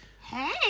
Hey